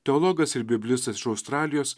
teologas ir biblistas iš australijos